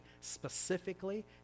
specifically